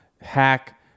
hack